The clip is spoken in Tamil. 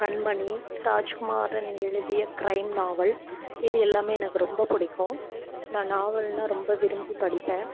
கண்மணி ராஜ்குமாரன் எழுதிய கிரைம் நாவல் இது எல்லாம் எனக்கு ரொம்ப பிடிக்கும் நான் நாவல்ன்னா ரொம்ப விரும்பி படிப்பேன்